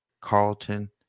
Carlton